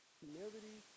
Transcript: humility